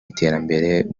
iterambere